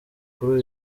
kuri